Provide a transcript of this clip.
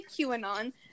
QAnon